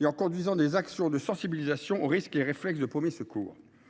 et en conduisant des actions de sensibilisation aux risques et aux réflexes de premiers secours.